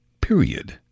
Period